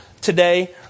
today